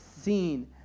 seen